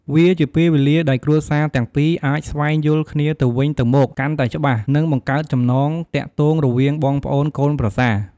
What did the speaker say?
វាជាពេលវេលាដែលគ្រួសារទាំងពីរអាចស្វែងយល់គ្នាទៅវិញទៅមកកាន់តែច្បាស់ និងបង្កើតចំណងទាក់ទងរវាងបងប្អូនកូនប្រសា។